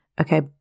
okay